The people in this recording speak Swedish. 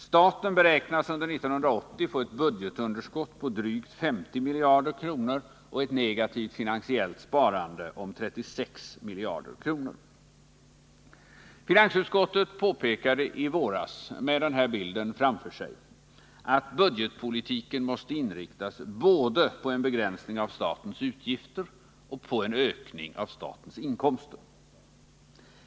Staten beräknas under 1980 få ett budgetunderskott på drygt 50 miljarder kronor och ett negativt finansiellt sparande på 36 miljarder kronor. Finansutskottet påpekade i våras, med den här bilden framför sig, att budgetpolitiken måste inriktas på både en begränsning av statens utgifter och en ökning av statens inkomster.